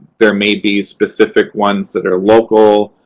there may be specific ones that are local.